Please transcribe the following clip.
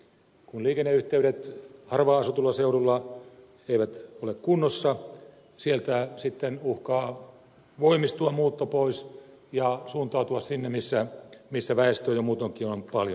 kun liikenneyhteydet harvaanasutulla seudulla eivät ole kunnossa sieltä sitten uhkaa voimistua muutto pois ja suuntautua sinne missä väestöä jo muutoinkin on paljon